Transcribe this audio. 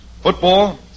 Football